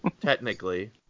technically